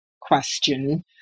question